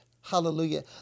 Hallelujah